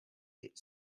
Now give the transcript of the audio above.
its